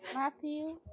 Matthew